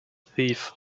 thief